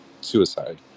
suicide